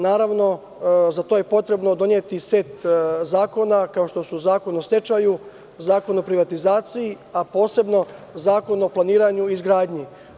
Naravno, za to je potrebno doneti set zakona, kao što su Zakon o stečaju, Zakon o privatizaciji, a posebno Zakon o planiranju i izgradnji.